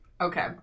Okay